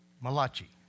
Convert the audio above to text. Malachi